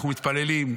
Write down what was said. אנחנו מתפללים,